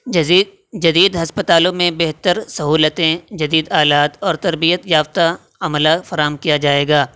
جدید ہسپتالوں میں بہتر سہولتیں جدید آلات اور تربیت یافتہ عملہ فراہم کیا جائے گا